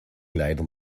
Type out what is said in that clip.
leider